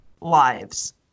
lives